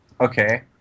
okay